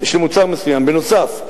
בנוסף,